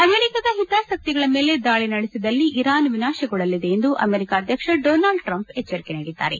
ಅಮೆರಿಕದ ಹಿತಾಸಕ್ತಿಗಳ ಮೇಲೆ ದಾಳಿ ನಡೆಸಿದಲ್ಲಿ ಇರಾನ್ ವಿನಾಶಗೊಳ್ಳಲಿದೆ ಎಂದು ಅಮೆರಿಕ ಅಧ್ಯಕ್ಷ ಡೊನಾಲ್ಡ್ ಟ್ರಂಪ್ ಎಚ್ಚರಿಕೆ ನೀಡಿದ್ದಾರೆ